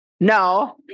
no